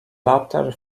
latter